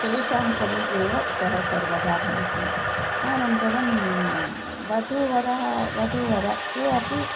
तेषां समीपे एव सः सर्वदा भवति अनन्तरं वधूवरौ वधूवरौ ते अपि